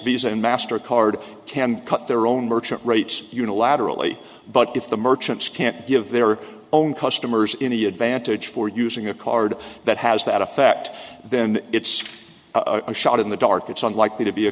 visa and master card can cut their own merchant rates unilaterally but if the merchants can't give their own customers any advantage for using a card that has that effect then it's a shot in the dark it's unlikely to be a